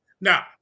Now